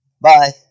Bye